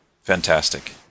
fantastic